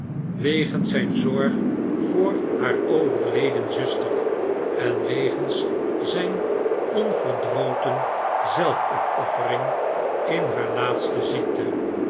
wegens zijn zorg voor haar overleden zuster en wegens zp onverdroten zelfopoffering in haar laatste ziekte